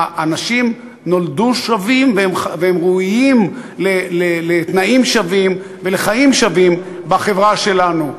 אנשים נולדו שווים והם ראויים לתנאים שווים ולחיים שווים בחברה שלנו.